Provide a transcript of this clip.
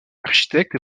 architecte